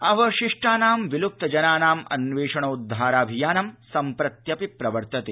अवशिष्टानां विलुप्त जनानामु अन्वेषणोद्धाराभियानं सम्प्रत्यपि प्रवर्त्यते